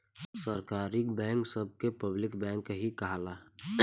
सरकारी बैंक सभ के पब्लिक बैंक भी कहाला